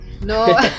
no